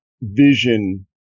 vision